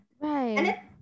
right